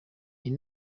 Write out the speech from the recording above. iyi